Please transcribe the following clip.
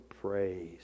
praise